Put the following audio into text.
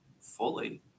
fully